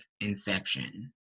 inception